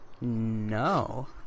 No